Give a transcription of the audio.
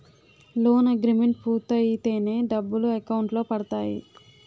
loan agreement పూర్తయితేనే డబ్బులు account లో పడతాయి